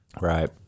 Right